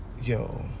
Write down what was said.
Yo